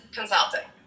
consulting